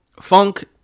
Funk